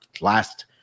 last